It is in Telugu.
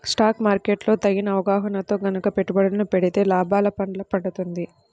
స్టాక్ మార్కెట్ లో తగిన అవగాహనతో గనక పెట్టుబడులను పెడితే లాభాల పండ పండుతుంది